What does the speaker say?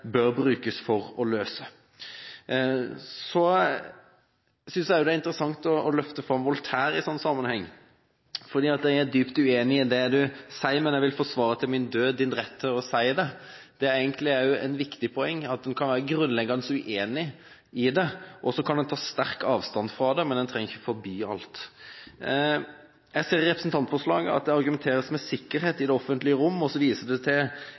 bør brukes for å løse dette. Det er interessant å løfte fram Voltaire i en sånn sammenheng, når han sier: Jeg er dypt uenig i det du sier, men vil til min død forsvare din rett til å si det du sier. Det er egentlig et viktig poeng at en kan være grunnleggende uenig i noe og ta sterkt avstand fra det, men en trenger ikke å forby alt. I representantforslaget ser jeg at det argumenteres med sikkerhet i det offentlige rom, og så viser en til et ran i Paris i februar 2010. Jeg synes det